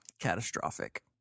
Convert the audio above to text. Catastrophic